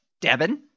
Devin